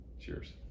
Cheers